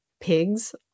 pigs